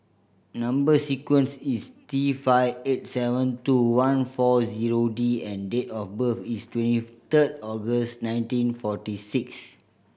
number sequence is T five eight seven two one four zero D and date of birth is twenty third August nineteen forty six